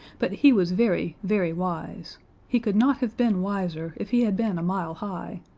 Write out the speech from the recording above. but he was very, very wise he could not have been wiser if he had been a mile high.